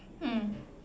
mm